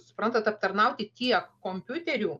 suprantat aptarnauti tiek kompiuterių